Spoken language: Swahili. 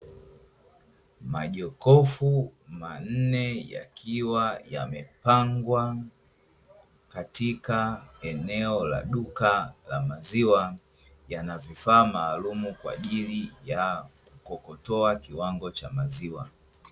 Majokofu manne yakiwa yamepangwa katika eneo la duka la maziwa yana vifaa maalumu kwajili ya kukokotoa kiwango cha maziwa.